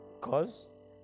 cause